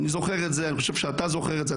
אני זוכר את זה ואני חושב שגם אתה זוכר את זה.